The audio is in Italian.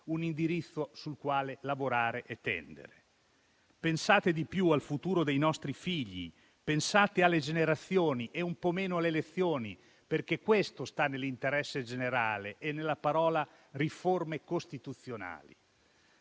un indirizzo sul quale lavorare e al quale tendere. Pensate di più al futuro dei nostri figli, pensate alle generazioni e un po' meno alle elezioni, perché questo sta nell'interesse generale e nell'espressione «riforme costituzionali».